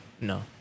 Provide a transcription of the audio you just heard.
no